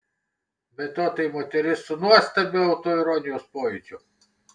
be to tai moteris su nuostabiu autoironijos pojūčiu